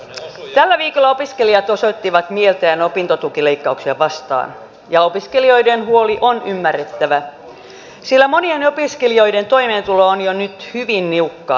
tällä viikolla opiskelijat osoittivat mieltään opintotukileikkauksia vastaan ja opiskelijoiden huoli on ymmärrettävä sillä monien opiskelijoiden toimeentulo on jo nyt hyvin niukkaa